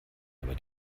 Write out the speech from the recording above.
aber